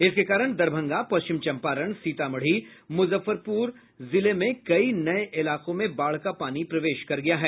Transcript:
इसके कारण दरभंगा पश्चिम चंपारण सीतामढ़ी मुजफ्फरपुर जिले में कई नये इलाको में बाढ़ का पानी प्रवेश कर गया है